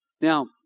Now